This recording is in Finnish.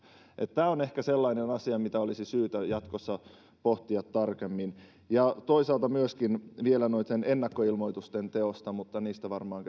tämä on ehkä sellainen asia mitä olisi syytä jatkossa pohtia tarkemmin ja toisaalta haluaisin puhua vielä myöskin noitten ennakkoilmoitusten teosta mutta niistä varmaan